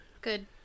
Good